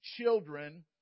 children